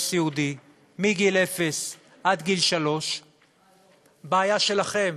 סיעודי מגיל אפס עד גיל שלוש זו בעיה שלכם.